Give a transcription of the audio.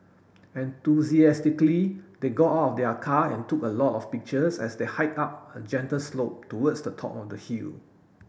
enthusiastically they got out their car and took a lot of pictures as they hiked up a gentle slope towards the top of the hill